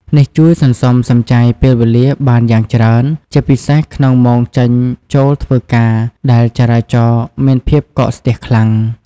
នេះជួយសន្សំសំចៃពេលវេលាបានយ៉ាងច្រើន ជាពិសេសក្នុងម៉ោងចេញចូលធ្វើការដែលចរាចរណ៍មានភាពកកស្ទះខ្លាំង។